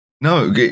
No